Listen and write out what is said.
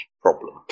problem